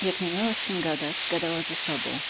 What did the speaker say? jak nie miała z kim gadać gadała ze sobą